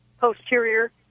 posterior